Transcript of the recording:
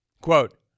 Quote